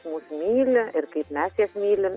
mus myli ir kaip mes jas mylim